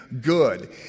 good